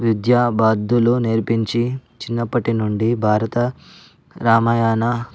విద్యా బుద్ధులు నేర్పించి చిన్నప్పటి నుండి భా భారత రామాయణ